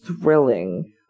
thrilling